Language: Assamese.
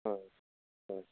হয় হয়